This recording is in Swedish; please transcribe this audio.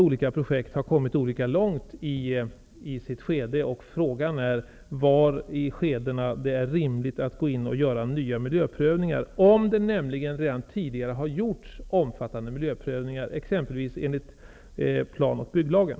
Olika projekt har kommit olika långt i sitt skede. Frågan är var i dessa skeden som det är rimligt att gå in och göra nya miljöprövningar, om det redan tidigare har gjorts omfattande miljöprövningar, exempelvis enligt plan och bygglagen.